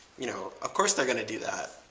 you know, of course they're going to do that.